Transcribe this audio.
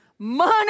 Money